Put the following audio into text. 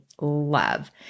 love